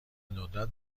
ندرت